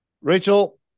Rachel